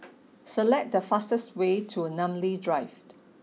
select the fastest way to Namly Drive